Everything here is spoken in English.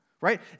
right